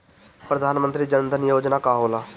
प्रधानमंत्री जन धन योजना का होला?